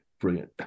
brilliant